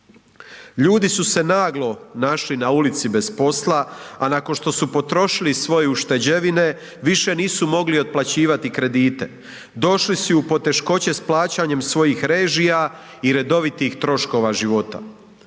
Ljudi su se naglo našli na ulici bez posla, a nakon što su potrošili svoje ušteđevine više nisu mogli otplaćivati kredite, došli su i u poteškoće s plaćanjem svojih režija i redovitih troškova života.